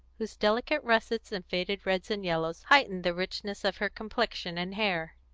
whose delicate russets and faded reds and yellows heightened the richness of her complexion and hair.